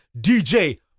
DJ